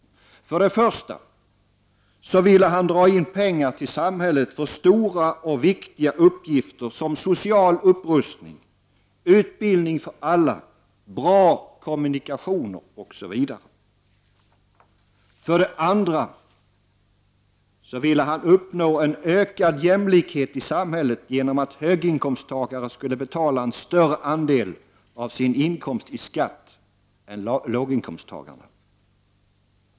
För det första ville han dra in pengar till samhället för stora och viktiga uppgifter som social upprustning, utbildning för alla, bra kommunikationer, osv. För det andra ville han uppnå en ökad jämlikhet i samhället genom att höginkomsttagare skulle betala en större andel av sin inkomst i skatt än låginkomsttagare.